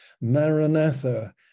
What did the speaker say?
Maranatha